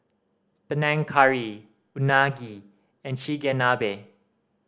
Panang Curry Unagi and Chigenabe